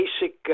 basic